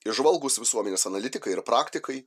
įžvalgūs visuomenės analitikai ir praktikai